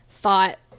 thought